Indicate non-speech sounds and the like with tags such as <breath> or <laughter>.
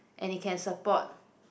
and it can support <breath>